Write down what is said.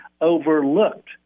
overlooked